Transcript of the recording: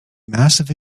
massive